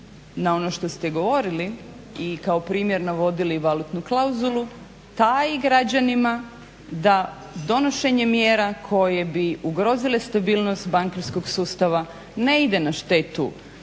na ono što ste govorili i kao primjer navodili valutnu klauzulu taji građanima da donošenje mjera koje bi ugrozile stabilnost bankarskog sustava ne ide na štetu